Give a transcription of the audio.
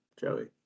Joey